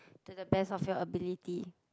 to the best of your ability